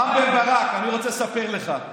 רם בן ברק, אני רוצה לספר לך.